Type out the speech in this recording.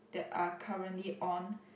that are currently on